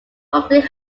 public